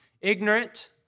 ignorant